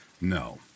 No